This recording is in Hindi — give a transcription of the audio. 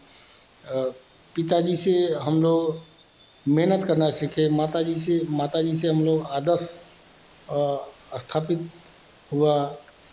पिताजी से हम लोग मेहनत करना सीखे माताजी से माताजी से हम लोग आदर्श स्थापित हुआ